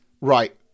right